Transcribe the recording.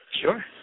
Sure